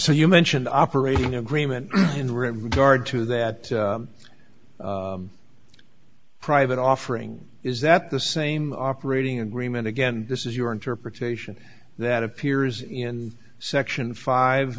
so you mentioned operating agreement in regard to that private offering is that the same operating agreement again this is your interpretation that appears in section five